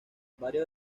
varios